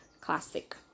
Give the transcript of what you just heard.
classic